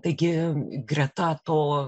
taigi greta to